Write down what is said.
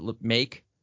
make